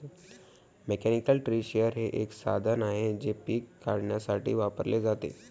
mechanical tree shaker हे एक साधन आहे जे पिके काढण्यासाठी वापरले जाते